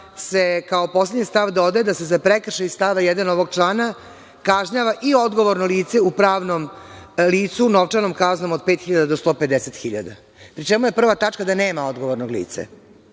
se kao poslednji stav dodaje da se za prekršaj iz stava 1. ovog člana kažnjava i odgovorno lice u pravnom licu novčanom kaznom od pet hiljada do 150 hiljada, pri čemu je prva tačka da nema odgovornog lica.